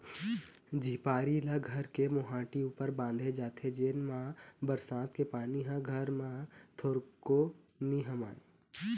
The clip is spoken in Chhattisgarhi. झिपारी ल घर के मोहाटी ऊपर बांधे जाथे जेन मा बरसात के पानी ह घर म थोरको नी हमाय